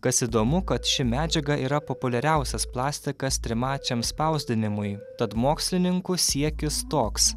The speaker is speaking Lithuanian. kas įdomu kad ši medžiaga yra populiariausias plastikas trimačiam spausdinimui tad mokslininkų siekis toks